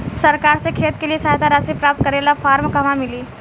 सरकार से खेत के लिए सहायता राशि प्राप्त करे ला फार्म कहवा मिली?